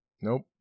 nope